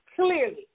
Clearly